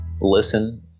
listen